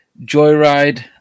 joyride